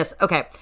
okay